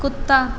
कुत्ता